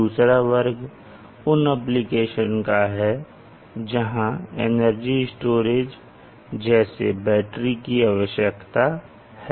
दूसरा वर्ग उन एप्लीकेशन का है जहां एनर्जी स्टोरेज जैसे बैटरी की आवश्यकता है